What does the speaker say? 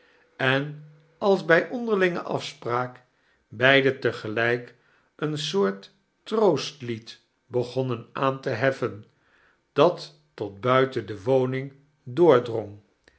en als bij onderlinge afspraak bedide te gelijk eein soort troostlded begonnen aan te hef fen dat tot budten de woning